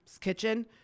kitchen